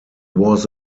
was